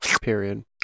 Period